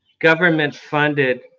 government-funded